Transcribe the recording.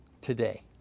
today